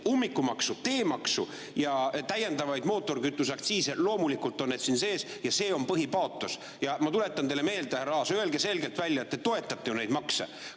ummikumaksu, teemaksu ega täiendavaid mootorikütuse aktsiise – loomulikult on need siin sees, see on põhipaatos. Ma tuletan teile meelde, härra Aas, öelge selgelt välja, et te ju toetate neid makse.